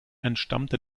entstammte